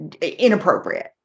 inappropriate